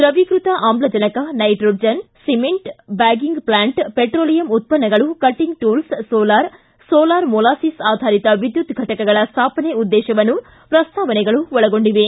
ದ್ರವೀಕೃತ ಆಮ್ಲಜನಕ nitrogen cement bagging plant petroleum ಉತ್ತನ್ನಗಳು cutting tools solar solar molasses ಆಧಾರಿತ ವಿದ್ಯುತ್ ಘಟಕಗಳ ಸ್ವಾಪನೆ ಉದ್ದೇಶವನ್ನು ಪ್ರಸ್ತಾವನೆಗಳು ಒಳಗೊಂಡಿವೆ